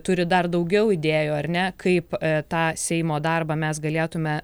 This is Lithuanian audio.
turi dar daugiau idėjų ar ne kaip tą seimo darbą mes galėtume